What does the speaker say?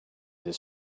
this